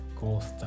Ghost